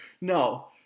No